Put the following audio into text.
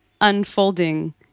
unfolding